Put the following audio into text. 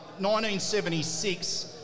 1976